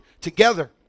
together